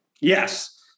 yes